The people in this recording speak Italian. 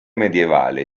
medievale